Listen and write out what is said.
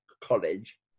college